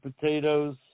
potatoes